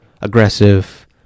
aggressive